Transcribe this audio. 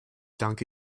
danke